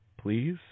please